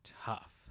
tough